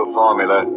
formula